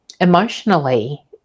emotionally